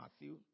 Matthew